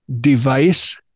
device